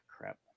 Crap